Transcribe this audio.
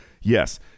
Yes